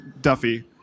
Duffy